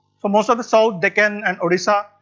for most of the south deccan, and odisha,